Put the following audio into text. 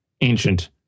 ancient